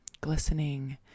glistening